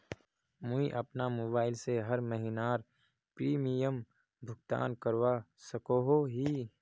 मुई अपना मोबाईल से हर महीनार प्रीमियम भुगतान करवा सकोहो ही?